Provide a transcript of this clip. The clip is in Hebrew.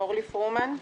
אורלי פרומן,